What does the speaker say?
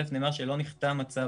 נאמר שלא נחתם הצו,